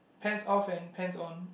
pants off and pants on